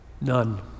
None